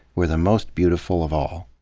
were the most beautiful of all.